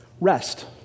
Rest